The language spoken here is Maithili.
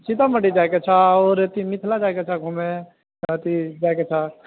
सीतामढ़ी जाइ के छऽ आओर अथि मिथिला जाइके छऽ घूमे अथि जाइके छऽ